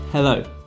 Hello